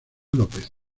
lópez